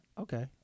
okay